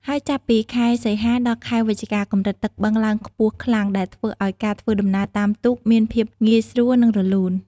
ហើយចាប់ពី ខែសីហា ដល់ ខែវិច្ឆិកា កម្រិតទឹកបឹងឡើងខ្ពស់ខ្លាំង ដែលធ្វើឲ្យការធ្វើដំណើរតាមទូកមានភាពងាយស្រួល និងរលូន។